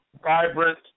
vibrant